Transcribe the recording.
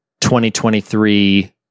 2023